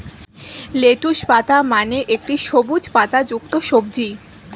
lettuce পাতা মানে একটি সবুজ পাতাযুক্ত সবজি